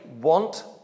want